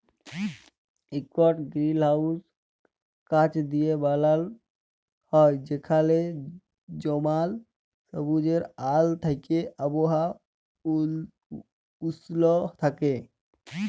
ইকট গিরিলহাউস কাঁচ দিঁয়ে বালাল হ্যয় যেখালে জমাল সুজ্জের আল থ্যাইকে আবহাওয়া উস্ল থ্যাইকে